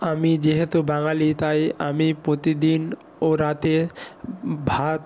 আমি যেহেতু বাঙালি তাই আমি প্রতিদিন ও রাতে ভাত